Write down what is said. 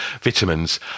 vitamins